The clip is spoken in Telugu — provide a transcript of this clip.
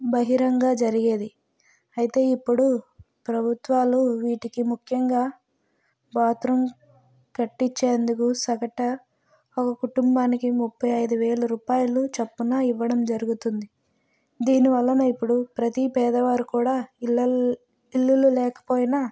బహిరంగంగా జరిగేది అయితే ఇప్పుడు ప్రభుత్వాలు వీటికి ముఖ్యంగా బాత్రూం కట్టిచ్చేందుకు సగటు ఒక కుటుంబానికి ముప్పై ఐదు వేల రూపాయల చొప్పున ఇవ్వడం జరుగుతుంది దీని వల్లనే ఇప్పుడు ప్రతి పేదవారు కూడా ఇల్లల్ ఇల్లులు లేకపోయినా